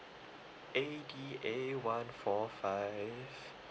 A D A one four five